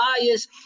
bias